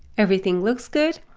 everything looks good,